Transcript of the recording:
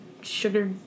sugar